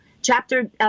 Chapter